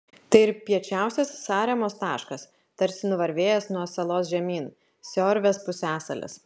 tai ir piečiausias saremos taškas tarsi nuvarvėjęs nuo salos žemyn siorvės pusiasalis